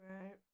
right